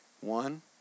One